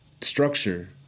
structure